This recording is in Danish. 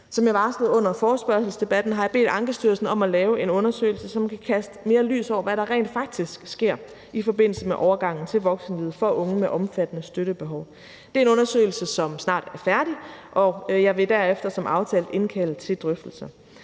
Som jeg varslede under forespørgselsdebatten, har jeg bedt Ankestyrelsen om at lave en undersøgelse, som kan kaste mere lys over, hvad der rent faktisk sker i forbindelse med overgangen til voksenlivet for unge med omfattende støttebehov. Det er en undersøgelse, som snart er færdig, og jeg vil derefter som aftalt indkalde til drøftelser.